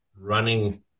running